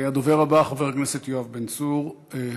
הדובר הבא, חבר הכנסת יואב בן צור, בבקשה.